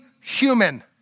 human